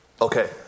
Okay